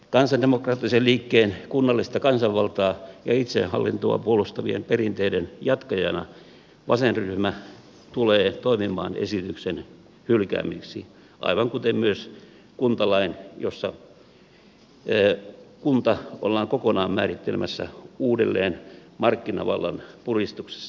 kansandemokraattisen liikkeen kunnallista kansanvaltaa ja itsehallintoa puolustavien perinteiden jatkajana vasenryhmä tulee toimimaan esityksen hylkäämiseksi aivan kuten myös kuntalain jossa kunta ollaan kokonaan määrittelemässä uudelleen markkinavallan puristuksessa